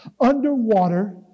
underwater